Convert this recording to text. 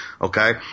okay